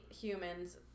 humans